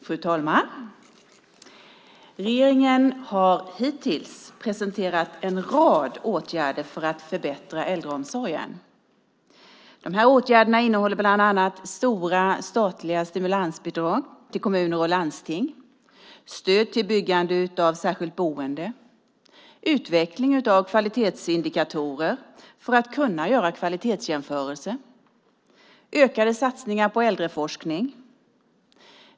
Fru talman! Regeringen har hittills presenterat en rad åtgärder för att förbättra äldreomsorgen. Dessa åtgärder innehåller bland annat stora statliga stimulansbidrag till kommuner och landsting, stöd till byggande av särskilt boende, utveckling av kvalitetsindikatorer för att kunna göra kvalitetsjämförelser samt ökade satsningar på äldreforskning.